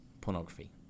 pornography